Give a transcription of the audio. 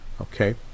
Okay